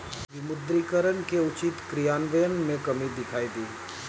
विमुद्रीकरण के उचित क्रियान्वयन में कमी दिखाई दी